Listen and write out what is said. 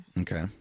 Okay